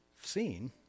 seen